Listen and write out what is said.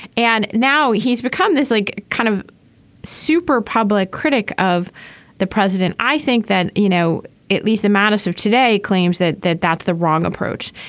and now he's become this like kind of super public critic of the president. i think that you know at least the madness of today claims that that that's the wrong approach.